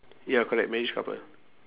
ya correct marriage couple